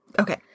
Okay